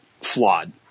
flawed